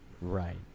Right